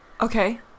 Okay